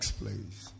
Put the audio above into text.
please